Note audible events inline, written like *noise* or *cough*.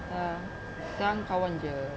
*noise* sekarang kawan jer